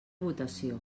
votació